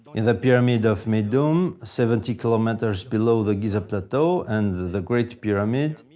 in the pyramid of meidum, seventy kilometers below the giza plateau and the great pyramid,